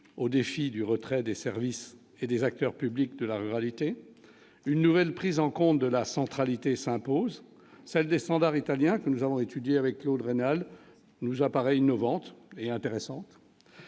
aux défis du retrait des services et des acteurs publics, de la ruralité, une nouvelle prise en compte de la centralité s'impose, celle des standards italiens que nous avons étudier avec Claude rénal nous apparaît innovante et intéressante